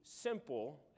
simple